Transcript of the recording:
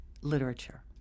literature